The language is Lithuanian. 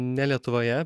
ne lietuvoje